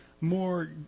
more